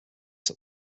that